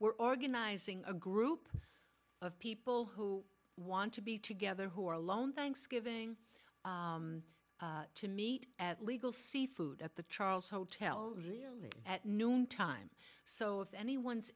we're organizing a group of people who want to be together who are alone thanksgiving to meet at legal seafood at the charles hotel rearly at noon time so if anyone's